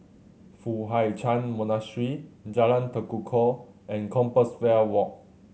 Foo Hai Ch'an Monastery Jalan Tekukor and Compassvale Walk